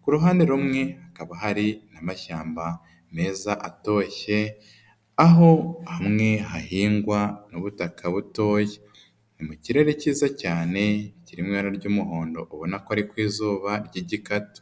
ku ruhande rumwe hakaba hari n'amashyamba meza atoshye aho hamwe hahingwa n'ubutaka butoya, ni mu kirere cyiza cyane kiri mu ibara ry'umuhondo ubona ko ari ku izuba ry'igikatu.